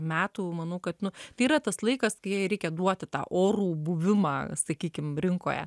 metų manau kad nu tai yra tas laikas kai reikia duoti tą orų buvimą sakykim rinkoje